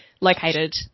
located